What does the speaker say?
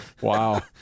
Wow